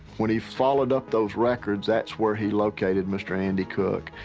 when he followed up those records, that's where he located mr. randy cook.